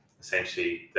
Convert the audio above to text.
essentially